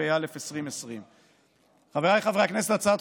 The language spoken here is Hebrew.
התשפ"א 2020. חבריי חברי הכנסת,